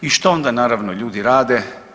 I što onda naravno ljudi rade?